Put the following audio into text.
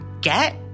get